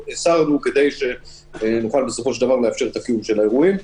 הסרנו כדי שנוכל לאפשר את הקיום של האירועים.